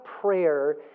prayer